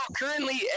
currently